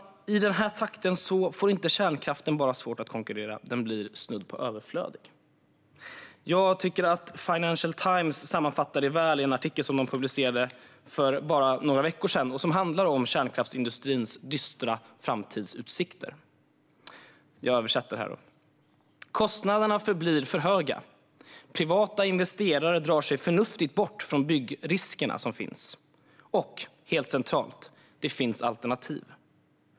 Med denna takt får kärnkraften inte bara svårt att konkurrera; den blir snudd på överflödig. Financial Times sammanfattar det väl i en artikel om kärnkraftsindustrins dystra framtidsutsikter som de publicerade för bara för några veckor sedan. Det stod: Kostnaderna förblir för höga. Privata investerare drar sig förnuftigt bort från byggnadsriskerna. Och helt centralt - det finns alternativ.